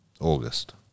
August